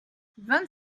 vingt